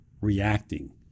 reacting